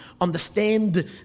understand